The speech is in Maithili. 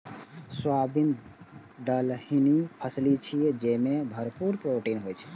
सोयाबीन दलहनी फसिल छियै, जेमे भरपूर प्रोटीन होइ छै